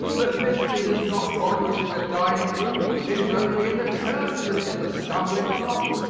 but mystery does not bother us in the dining-room it is only in the church that it is a stumbling block.